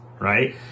right